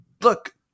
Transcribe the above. look